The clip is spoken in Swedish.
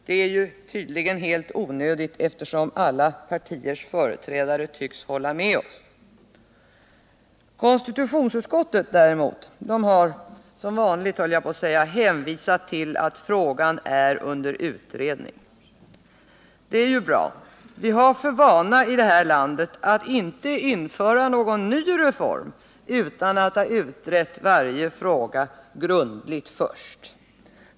Det är tydligen helt onödigt, eftersom alla partiers företrädare tycks hålla med oss. Konstitutionsutskottet däremot har — som vanligt, skulle jag vilja säga — hänvisat till att frågan är under utredning, och det är ju bra. Vi har för vana i det här landet att inte införa någon ny reform utan att ha utrett varje fråga grundligt först.